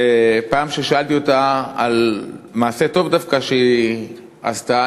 פעם כששאלתי אותה על מעשה טוב דווקא שהיא עשתה,